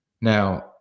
Now